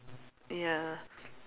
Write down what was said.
ya